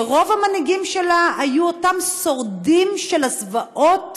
שרוב המנהיגים שלה היו אותם שורדים של הזוועות